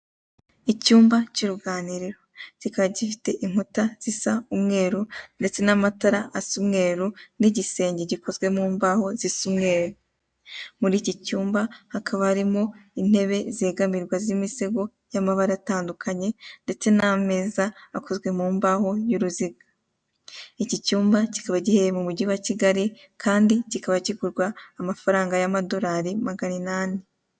Icyumba cy'ubuganiriro kikaba gifite inkuta zisa umweru ndetse n'amatara asa umweru n'igisenge gikozwe mu mbaho zisa umweru, muri ikicyumba hakaba harimo intebe zigamirwa zimisego y'amabara atandukanye ndetse n'ameza akaozwe mu mbaho y'uruziga, ikicyumba kikaba giherereye mu mujyi wa Kigali kandi kikaba kigurwa amafaranga y'amadolari magana inani.